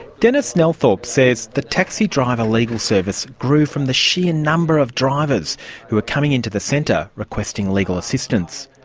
denis nelthorpe says the taxi driver legal service grew from the sheer and number of drivers who were coming into the centre requesting legal assistance.